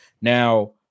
Now